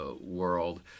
world